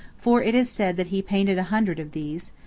for it is said that he painted a hundred of these,